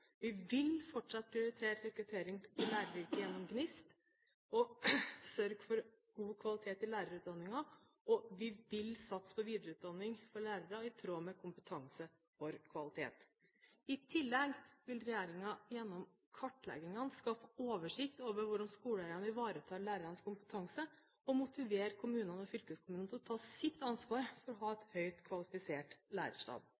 Vi vil fortsatt prioritere rekruttering til GNIST og sørge for god kvalitet i lærerutdanningen, og vi vil satse på videreutdanning for lærere i tråd med «Kompetanse for kvalitet». I tillegg vil regjeringen gjennom kartleggingene skaffe oversikt over hvordan skoleeierne vil ivareta lærernes kompetanse og motivere kommunene og fylkeskommunene til å ta sitt ansvar for å ha en høyt kvalifisert lærerstab.